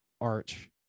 arch